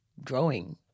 Growing